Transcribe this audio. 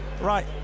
Right